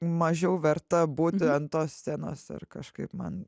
mažiau verta būti ant tos scenos ar kažkaip man